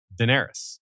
Daenerys